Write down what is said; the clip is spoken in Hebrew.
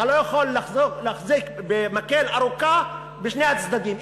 אתה לא יכול להחזיק במקל ארוך בשני הצדדים.